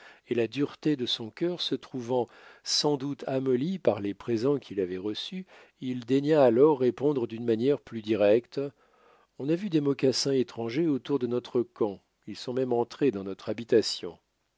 et la dureté de son cœur se trouvant sans doute amollie par les présents qu'il avait reçus il daigna alors répondre d'une manière plus directe on a vu des mocassins étrangers autour de notre camp ils sont même entrés dans nos habitations